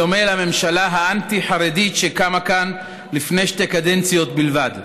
בדומה לממשלה האנטי-חרדית שקמה כאן לפני שתי קדנציות בלבד.